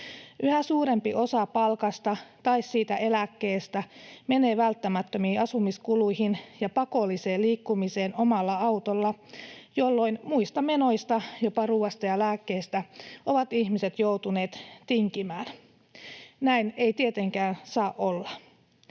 Yhä suurempi osa palkasta tai eläkkeestä menee välttämättömiin asumiskuluihin ja pakolliseen liikkumiseen omalla autolla, jolloin muista menoista, jopa ruoasta ja lääkkeistä, ovat ihmiset joutuneet tinkimään. Näin ei tietenkään saa olla.